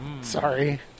Sorry